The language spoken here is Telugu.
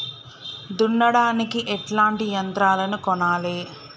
దున్నడానికి ఎట్లాంటి యంత్రాలను కొనాలే?